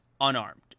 unarmed